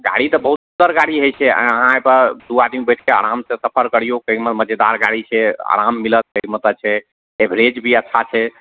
गाड़ी तऽ बहुत सुन्दर गाड़ी होइ छै अहाँ अइपर दू आदमी बैठ कऽ आरामसँ सफर करियौ अइमे मजेदार गाड़ी छै आराम मिलत कहयके मतलब छै एवरेज भी अच्छा छै